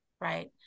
right